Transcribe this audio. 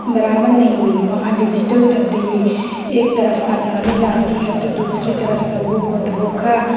برابر نہیں ملی وہاں ڈیجیٹل تبدیلی ایک طرف آسانی لاتی ہے تو دوسری طرف لوگوں کو دھوکا